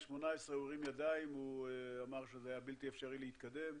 ב-2018 אמר שזה היה בלתי-אפשרי להתקדם,